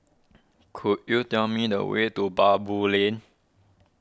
could you tell me the way to Baboo Lane